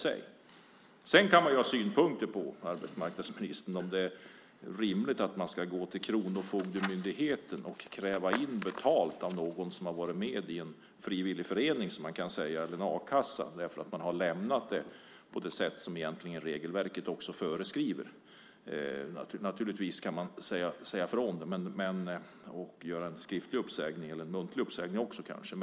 Sedan kan man ha synpunkter på, arbetsmarknadsministern, om det är rimligt att man ska gå till Kronofogdemyndigheten och kräva betalt av någon som har varit med i en frivillig förening, som man kanske kan säga, eller en a-kassa som man har lämnat på det sätt som regelverket föreskriver. Naturligtvis kan man säga ifrån och göra en skriftlig uppsägning - en muntlig uppsägning också kanske.